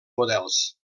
models